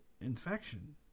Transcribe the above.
infection